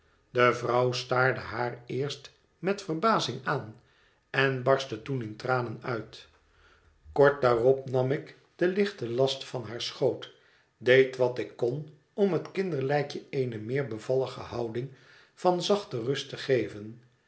de vrouw staarde haar eerst met verbazing aan en barstte toen in tranen uit kort daarop nam ik den lichten last van haar schoot deed wat ik kon om hot kinderlijkje eene meer bevallige houding van zachte rust te geven